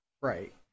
Right